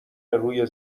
روی